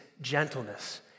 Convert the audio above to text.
gentleness